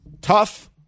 Tough